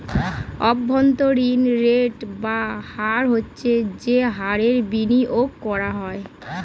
অভ্যন্তরীণ রেট বা হার হচ্ছে যে হারে বিনিয়োগ করা হয়